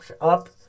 Up